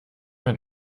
ein